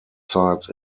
sites